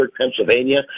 Pennsylvania